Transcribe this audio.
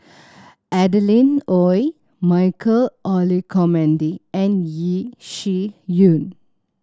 Adeline Ooi Michael Olcomendy and Yeo Shih Yun